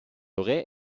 aurait